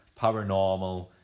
paranormal